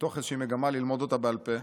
מתוך מגמה ללמוד אותה בעל פה.